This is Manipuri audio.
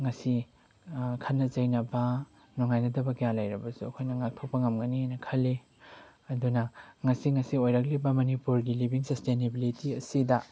ꯉꯁꯤ ꯈꯠꯅ ꯆꯩꯅꯕ ꯅꯨꯡꯉꯥꯏꯅꯗꯕ ꯀꯌꯥ ꯂꯩꯔꯕꯁꯨ ꯑꯩꯈꯣꯏꯅ ꯉꯥꯛꯊꯣꯛꯄ ꯉꯝꯒꯅꯤꯅ ꯈꯜꯂꯤ ꯑꯗꯨꯅ ꯉꯁꯤ ꯉꯁꯤ ꯑꯣꯏꯔꯛꯂꯤꯕ ꯃꯅꯤꯄꯨꯔꯒꯤ ꯂꯤꯕꯤꯡ ꯁꯁꯇꯦꯅꯦꯕꯤꯂꯤꯇꯤ ꯑꯁꯤꯗ